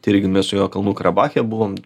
tai irgi mes su juo kalnų karabache buvom